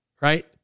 right